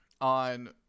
on